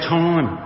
time